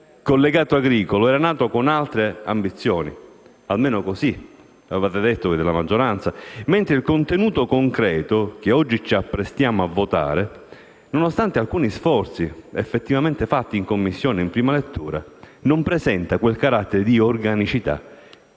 collegato agricolo era nato con altre ambizioni - almeno così avevate detto, colleghi della maggioranza - mentre il contenuto concreto che oggi ci apprestiamo a votare, nonostante alcuni sforzi effettivamente fatti in Commissione, in prima lettura, non presenta quel carattere di organicità